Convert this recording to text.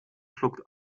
schluckt